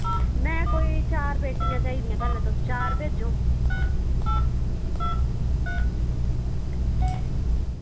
में कोई चार पेटियां चाही दियां तुस कोई चार भेजो